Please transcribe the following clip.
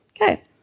Okay